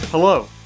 Hello